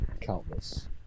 Countless